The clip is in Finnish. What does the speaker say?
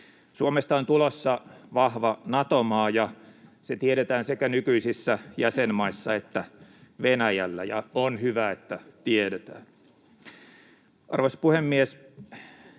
Suomesta on tulossa vahva Nato-maa, mikä tiedetään sekä nykyisissä jäsenmaissa että Venäjällä, ja on hyvä, että tiedetään. Arvoisa puhemies!